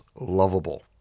lovable